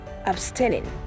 abstaining